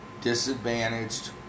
disadvantaged